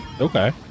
Okay